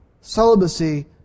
Celibacy